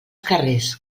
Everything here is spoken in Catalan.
carrers